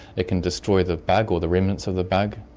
it can destroy the bug or the remnants of the bug,